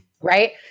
Right